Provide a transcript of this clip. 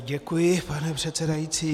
Děkuji, pane předsedající.